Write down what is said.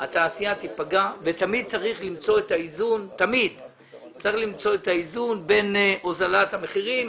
התעשייה תיפגע ותמיד צריך למצוא את האיזון בין הוזלת המחירים